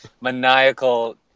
maniacal